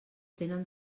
tenen